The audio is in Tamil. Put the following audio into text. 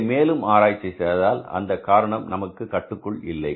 இதை மேலும் ஆராய்ச்சி செய்தால் அந்த காரணம் நமது கட்டுக்குள் இல்லை